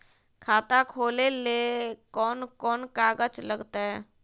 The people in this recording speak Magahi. खाता खोले ले कौन कौन कागज लगतै?